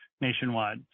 nationwide